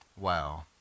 wow